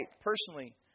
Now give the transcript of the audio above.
personally